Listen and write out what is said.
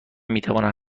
میتوانم